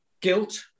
Guilt